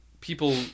people